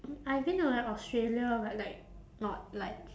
I've been to like australia but like not like